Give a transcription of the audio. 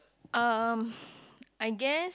uh I guess